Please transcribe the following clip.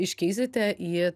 iškeisite į